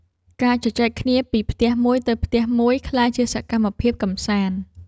ការជជែកគ្នាពីផ្ទះមួយទៅផ្ទះមួយ ក្លាយជាសកម្មភាពកម្សាន្ត។